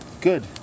Good